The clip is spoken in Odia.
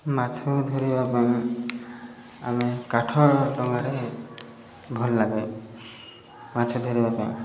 ମାଛ ଧରିବା ପାଇଁ ଆମେ କାଠ ଡଙ୍ଗାରେ ଭଲ ଲାଗେ ମାଛ ଧରିବା ପାଇଁ